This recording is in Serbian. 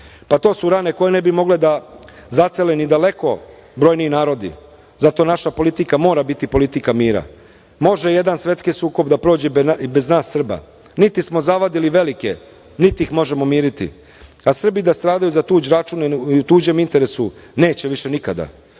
Pa to su rane koje ne bi mogle da zacele ni daleko brojniji narodi. Zato naša politika mora biti politika mira. Može jedan svetski sukob da prođe i bez nas Srba. Niti smo zavadili velike, niti ih možemo miriti, a Srbi da stradaju za tuđ račun, u tuđem interesu, neće više nikada. Podosta